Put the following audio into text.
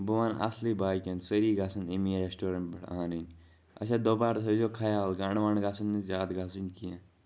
بہٕ وَنہٕ اصلٕے باقٮ۪ن سٲری گَژھن امے ریسٹورَنٹ پٮ۪ٹھ انٕنۍ اچھا دوبارٕ تھٲزیو خیال گَنڈٕ وَنڈٕ گَژھن نہٕ زیادٕ گَژھنۍ کیٚنٛہہ